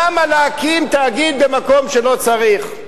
למה להקים תאגיד במקום שלא צריך?